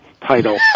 title